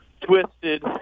twisted